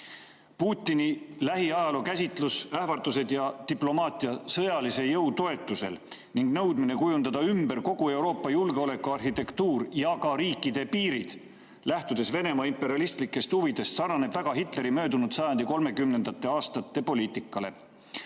Putini lähiajalookäsitlus, ähvardused ja diplomaatia sõjalise jõu toetusel ning nõudmine kujundada ümber kogu Euroopa julgeolekuarhitektuur ja ka riikide piirid, lähtudes Venemaa imperialistlikest huvidest, sarnaneb väga Hitleri möödunud sajandi 1930. aastate poliitikaga.